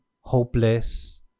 hopeless